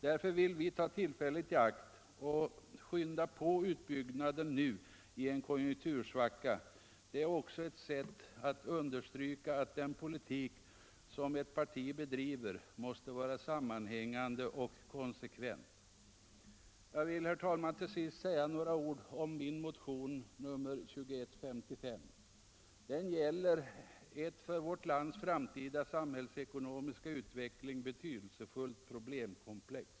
Därför vill vi ta tillfället i akt och skynda på utbyggnaden nu i en konjunktursvacka. Det är också ett sätt att understryka att den politik som ett parti bedriver måste vara sammanhängande och konsekvent. Jag vill, herr talman, till sist säga några ord om min motion nr 2155. Den gäller ett för vårt lands framtida samhällsekonomiska utveckling betydelsefullt problemkomplex.